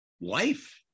life